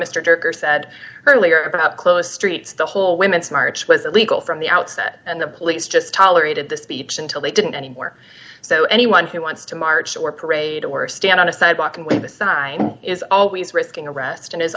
jaggers said earlier about close streets the whole women's march was illegal from the outset and the police just tolerated the speech until they didn't any more so anyone who wants to march or parade or stand on a sidewalk and we decide is always risking arrest and is